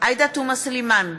עאידה תומא סלימאן,